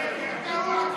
56 בעד,